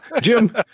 Jim